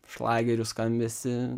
šlagerių skambesį